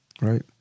right